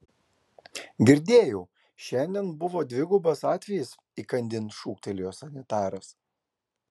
girdėjau šiandien buvo dvigubas atvejis įkandin šūktelėjo sanitaras